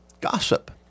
Gossip